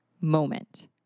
moment